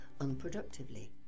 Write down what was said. unproductively